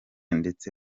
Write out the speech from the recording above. ndetse